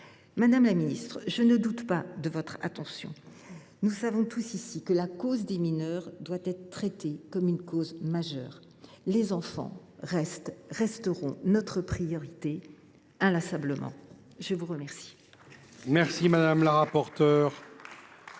Madame la ministre, je ne doute pas de votre attention. Nous le savons tous ici, la cause des mineurs doit être traitée comme une cause majeure ; les enfants resteront notre priorité, inlassablement. La parole